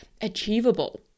achievable